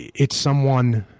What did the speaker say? it's someone